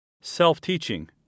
self-teaching